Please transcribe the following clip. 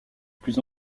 plus